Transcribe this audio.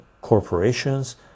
corporations